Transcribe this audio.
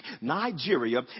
Nigeria